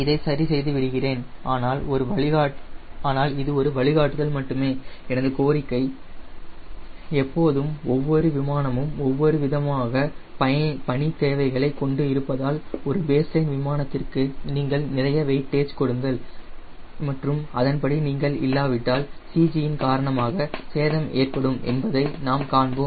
இதை சரிசெய்து விடுகிறேன் ஆனால் இது ஒரு வழிகாட்டுதல் மட்டுமே எனது கோரிக்கை எப்போதும் ஒவ்வொரு விமானமும் ஒவ்வொரு விதமாக பணி தேவைகளை கொண்டு இருப்பதால் ஒரு பேஸ்லைன் விமானத்திற்கு நீங்கள் நிறைய வெயிட்டேஜ் கொடுங்கள் மற்றும் அதன்படி நீங்கள் இல்லாவிட்டால் CG இன் காரணமாக சேதம் ஏற்படும் என்பதை நாம் காண்போம்